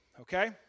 okay